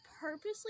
purposely